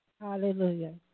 Hallelujah